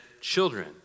children